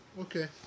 Okay